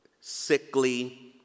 sickly